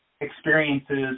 experiences